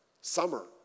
summer